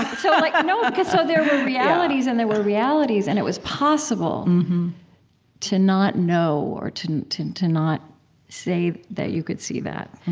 so like no, like so there were realities, and there were realities, and it was possible to not know or to to and not say that you could see that.